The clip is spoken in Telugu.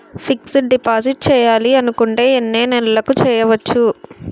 ఫిక్సడ్ డిపాజిట్ చేయాలి అనుకుంటే ఎన్నే నెలలకు చేయొచ్చు?